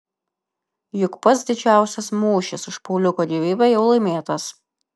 juk pats didžiausias mūšis už pauliuko gyvybę jau laimėtas